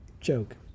joke